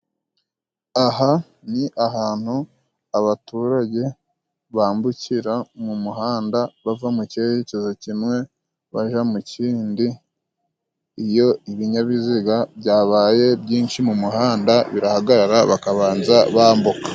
Aha ni ahantu abaturage bambukira mu muhanda bava mu mucyerekezo kimwe bajya mu kindi iyo ibinyabiziga byabaye byinshi mu muhanda birahagarara bakabanza bambuka.